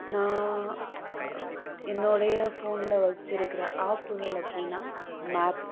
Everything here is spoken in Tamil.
நான் என்னோடய னில்ஃபோனவச்சிருக்குற ஆப்புகளில் அப்படின்னா மேப்